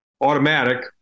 automatic